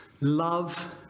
Love